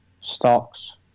Stocks